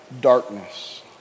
darkness